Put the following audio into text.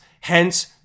Hence